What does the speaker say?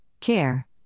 Care